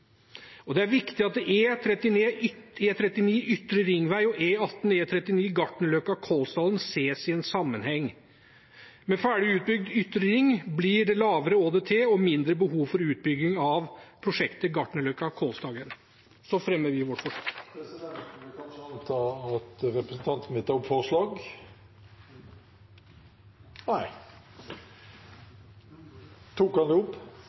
Det er viktig at E39 Ytre ringvei og E18/E39 Gartnerløkka–Kolsdalen ses i en sammenheng. Med ferdig utbygd Ytre ringvei blir det lavere årsdøgntrafikk og mindre behov for utbygging av prosjektet Gartnerløkka–Kolsdalen. Vi fremmer vårt forslag. Representanten Bengt Fasteraune har tatt opp det forslaget han refererte til. SV er enig med Fremskrittspartiet akkurat når det